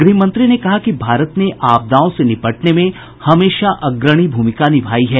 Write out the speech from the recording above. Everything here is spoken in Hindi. गृहमंत्री ने कहा कि भारत ने आपदाओं से निपटने में हमेशा अग्रणी भूमिका निभाई है